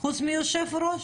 חוץ מהיושב-ראש.